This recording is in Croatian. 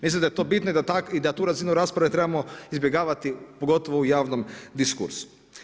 Mislim da je to bitno i da tu razinu rasprave trebamo izbjegavati pogotovo u javnom diskursu.